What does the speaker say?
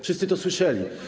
Wszyscy to słyszeli.